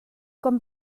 kan